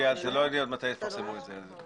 כי לא ידוע מתי יפרסמו את זה.